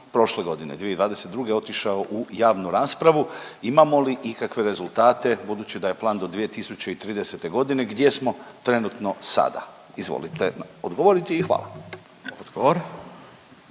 prošle godine 2022. otišao u javnu raspravu. Imamo li ikakve rezultate budući da je plan do 2030. godine, gdje smo trenutno sada? Izvolite odgovoriti i hvala.